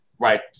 right